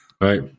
Right